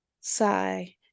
sigh